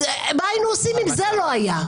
מה היינו עושים אם זה לא היה?